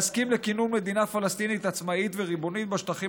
להסכים לכינון מדינה פלסטינית עצמאית וריבונית בשטחים